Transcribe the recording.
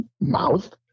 mouth